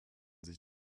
sich